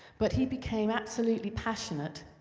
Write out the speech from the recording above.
but he became absolutely passionate,